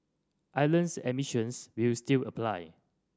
islands admissions will still apply